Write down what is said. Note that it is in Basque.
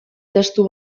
testu